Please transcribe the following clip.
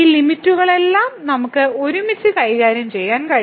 ഈ ലിമിറ്റ്കളെല്ലാം നമുക്ക് ഒരുമിച്ച് കൈകാര്യം ചെയ്യാൻ കഴിയും